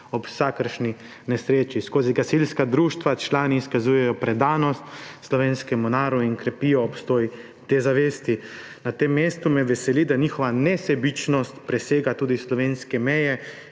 ob vsakršni nesreči. Skozi gasilska društva člani izkazujejo predanost slovenskemu narodu in krepijo obstoj te zavesti. Na tem mestu me veseli, da njihova nesebičnost presega tudi slovenske meje.